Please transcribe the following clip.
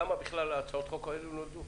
למה הצעות החוק האלה נולדו?